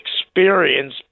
experience